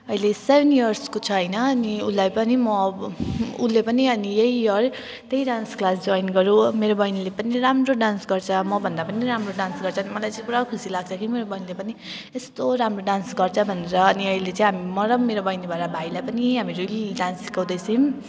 अहिले सेभेन इयर्सको छ होइन अनि उसलाई पनि म अब उसले पनि अनि यही इयर त्यही डान्स क्लास जोइन गर्यो मेरो बैनीले पनि राम्रो डान्स गर्छ मभन्दा पनि राम्रो डान्स गर्छ अनि मलाई चाहिँ पुरा खुसी लाग्छ के मेरो बैनीले पनि यस्तो राम्रो डान्स गर्छ भनेर अनि अहिले चाहिँ म र मेरो बैनी भएर भाइलाई पनि हामीहरूले डान्स सिकाउँदै छौँ